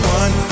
one